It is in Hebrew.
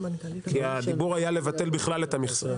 כי הדיבור היה לבטל בכלל את המכסות.